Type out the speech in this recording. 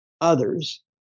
others